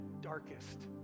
darkest